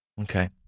Okay